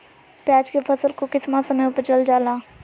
प्याज के फसल को किस मौसम में उपजल जाला?